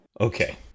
Okay